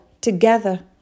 together